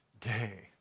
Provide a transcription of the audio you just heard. day